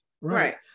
Right